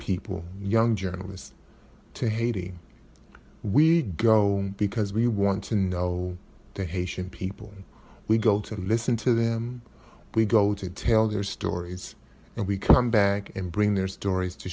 people young journalists to haiti we go because we want to know the haitian people we go to listen to them we go to tell their stories and we come back and bring their stories to